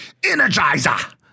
Energizer